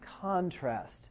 Contrast